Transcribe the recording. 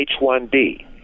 H1B